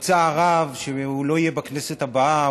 בצער רב שהוא לא יהיה בכנסת הבאה,